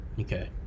okay